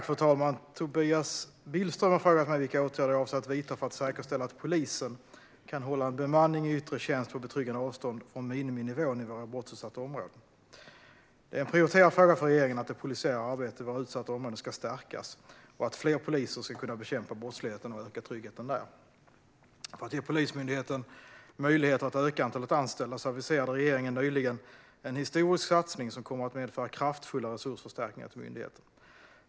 Fru talman! Tobias Billström har frågat mig vilka åtgärder jag avser att vidta för att säkerställa att polisen kan hålla en bemanning i yttre tjänst på betryggande avstånd från miniminivån i våra brottsutsatta områden. Det är en prioriterad fråga för regeringen att det polisiära arbetet i våra utsatta områden ska stärkas och att fler poliser ska kunna bekämpa brottsligheten och öka tryggheten där. För att ge Polismyndigheten möjligheter att öka antalet anställda aviserade regeringen nyligen en historisk satsning som kommer att medföra kraftfulla resursförstärkningar till myndigheten.